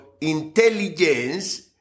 intelligence